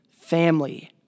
family